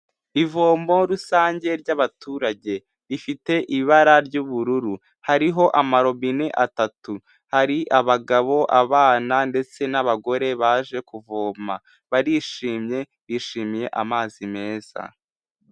Ivomo rusange ry'abaturage rifite ibara ry'ubururu, hariho amarobine atatu, hari abagabo, abana ndetse n'abagore baje kuvoma, barishimye bishimiye amazi meza.